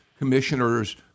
Commissioners